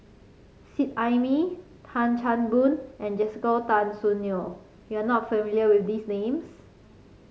Seet Ai Mee Tan Chan Boon and Jessica Tan Soon Neo you are not familiar with these names